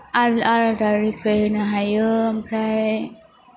आरो आरोदा रिफ्लाइ होनो हायो ओमफ्राय